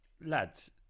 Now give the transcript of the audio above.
lads